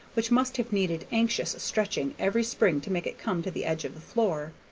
which must have needed anxious stretching every spring to make it come to the edge of the floor.